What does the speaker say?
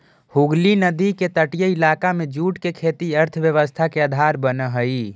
हुगली नदी के तटीय इलाका में जूट के खेती अर्थव्यवस्था के आधार बनऽ हई